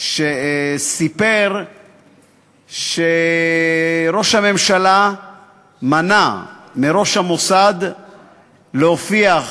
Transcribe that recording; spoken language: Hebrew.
שסיפר שראש הממשלה מנע מראש המוסד להופיע,